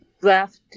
Draft